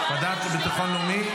-- הוועדה לביטחון לאומי?